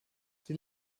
die